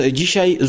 dzisiaj